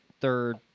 third